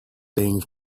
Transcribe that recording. things